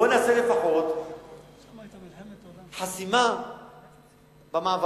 בואו נעשה לפחות חסימה במעברים,